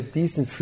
diesen